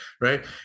Right